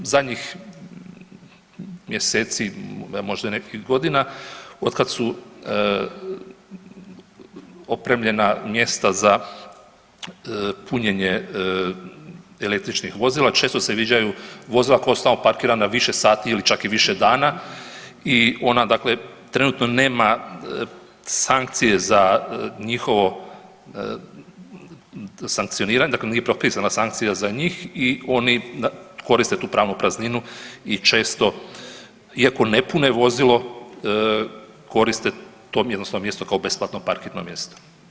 Zadnjih mjeseci možda i nekih godina od kad su opremljena mjesta za punjenje električnih vozila često se viđaju vozila koja su tamo parkirana više sati ili čak i više dana i ona, dakle trenutno nema sankcije za njihovo sankcioniranje, dakle nije propisana sankcija za njih i oni koriste tu pravnu prazninu i često iako ne pune vozilo korist to mjesto kao besplatno parkirno mjesto.